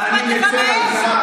לא אכפת לך מהם?